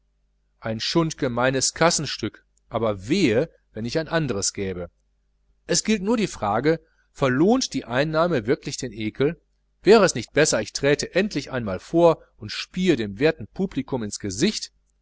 ein schundgemeines kassenstück aber wehe wenn ich ein anderes gäbe es gilt nur die frage verlohnt die einnahme wirklich den ekel wäre es nicht besser ich träte endlich einmal vor und spiee dem werten publikum ins gesicht